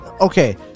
Okay